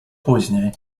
później